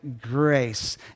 grace